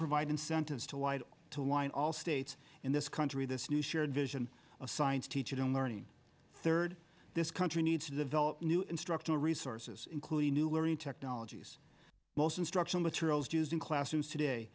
provide incentives to wide to lie in all states in this country this new shared vision of science teacher don't learning third this country needs to develop new instructional resources including new learning technologies most instructional materials used in classrooms today